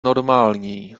normální